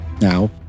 now